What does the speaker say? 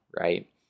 right